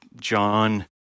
John